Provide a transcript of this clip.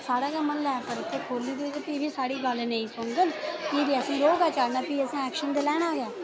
साढ़े म्हल्ले गै खोह्ल्ली दी ते प्ही बी साढ़ी गल्ल नेईं सुनदे प्ही असेंगी रोह् गै चढ़ना भी असें एक्शन लैना गै